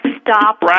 stop